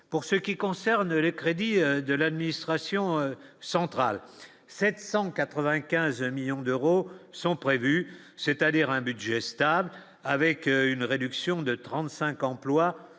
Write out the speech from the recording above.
pour ce qui concerne les crédits de l'administration centrale 795 millions d'euros sont prévus, c'est-à-dire un budget stable avec une réduction de 35 emplois